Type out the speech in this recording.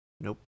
Nope